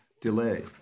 delay